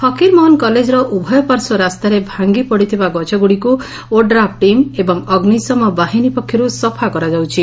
ଫକୀର ମୋହନ କଲେକର ଉଭୟ ପାର୍ଶ୍ୱ ରାସ୍ତାରେ ଭାଙ୍ଗିପଡ଼ିଥିବା ଗଛଗୁଡ଼ିକୁ ଓଡ୍ରାଫ୍ ଟିମ୍ ଏବଂ ଅଗ୍ନିଶମ ବାହିନୀ ପକ୍ଷର୍ ସଫା କରାଯାଉଛି